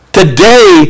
today